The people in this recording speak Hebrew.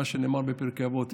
כמו שנאמר בפרקי אבות,